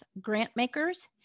grantmakers